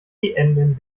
endenden